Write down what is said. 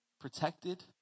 protected